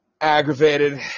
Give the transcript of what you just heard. aggravated